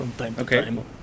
Okay